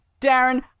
Darren-